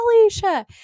Alicia